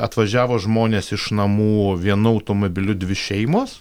atvažiavo žmonės iš namų vienu automobiliu dvi šeimos